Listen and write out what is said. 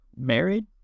Married